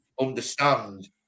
understand